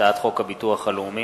הצעת חוק הביטוח הלאומי